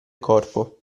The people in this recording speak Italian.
corpo